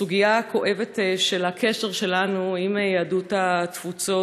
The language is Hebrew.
סוגיה כואבת של הקשר שלנו עם יהדות התפוצות,